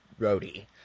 roadie